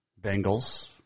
Bengals